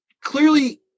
clearly